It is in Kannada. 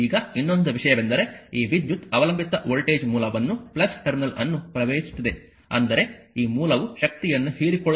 ಈಗ ಇನ್ನೊಂದು ವಿಷಯವೆಂದರೆ ಈ ವಿದ್ಯುತ್ ಅವಲಂಬಿತ ವೋಲ್ಟೇಜ್ ಮೂಲವನ್ನು ಟರ್ಮಿನಲ್ ಅನ್ನು ಪ್ರವೇಶಿಸುತ್ತಿದೆ ಅಂದರೆ ಈ ಮೂಲವು ಶಕ್ತಿಯನ್ನು ಹೀರಿಕೊಳ್ಳುತ್ತದೆ